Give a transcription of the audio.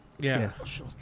Yes